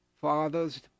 fathers